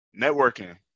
networking